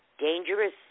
dangerous